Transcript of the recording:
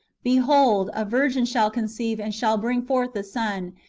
behold, a virgin shall con ceive, and shall bring forth a son,